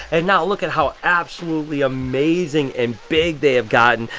and now look at how absolutely amazing and big they have gotten.